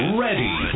ready